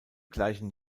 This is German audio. gleichen